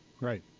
Right